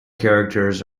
characters